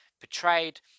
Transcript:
portrayed